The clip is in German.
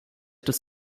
des